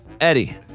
Eddie